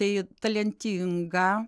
tai talentingą